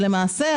למעשה,